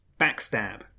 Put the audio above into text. Backstab